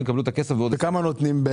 הם יקבלו את הכסף בעוד --- כמה הם נותנים?